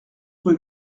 rue